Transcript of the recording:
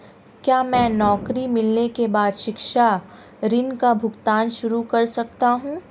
क्या मैं नौकरी मिलने के बाद शिक्षा ऋण का भुगतान शुरू कर सकता हूँ?